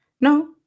No